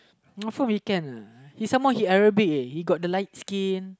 also weekend uh he some more he aerobic uh he got the light skin